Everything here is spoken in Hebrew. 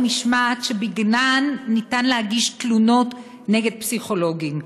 המשמעת שבגינן ניתן להגיש תלונות נגד פסיכולוגים.